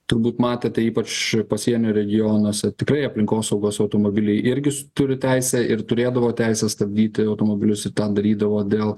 turbūt matėte ypač pasienio regionuose tikrai aplinkosaugos automobiliai irgi turi teisę ir turėdavo teisę stabdyti automobilius i tą darydavo dėl